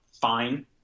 fine